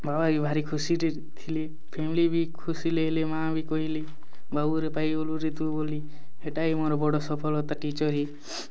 ବାପା ବି ଭାରି ଖୁସିଥି ଥିଲେ ଫେମିଲି ବି ଖୁସି ଲାଗ୍ଲେ ମାଆ ବି କହେଲେ ବାବୁରେ ପାଇଗଲୁରେ ତୁଇ ବୋଲି ହେଟା ହି ମୋର ବଡ଼୍ ସଫଳତା ଚିଟର୍ ହିଁ